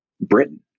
Britain